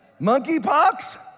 Monkeypox